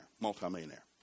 multi-millionaire